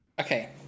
Okay